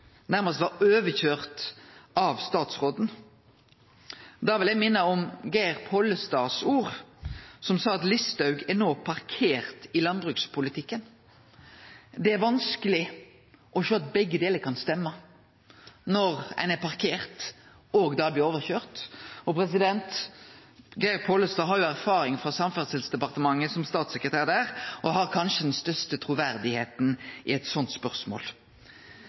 nærast var køyrde over av statsråden. Da vil eg minne om Geir Pollestads ord. Han sa at Listhaug no er parkert i landbrukspolitikken. Det er vanskeleg å sjå at begge delar kan stemme – at ein er parkert og blir køyrd over. Geir Pollestad har jo erfaring frå Samferdselsdepartementet, som statssekretær der, og har kanskje det største truverdet i eit slikt spørsmål.